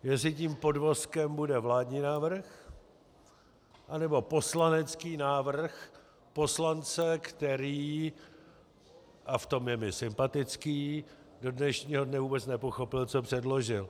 Jestli tím podvozkem bude vládní návrh, anebo poslanecký návrh poslance, který a v tom je mi sympatický do dnešního dne vůbec nepochopil, co předložil.